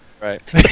Right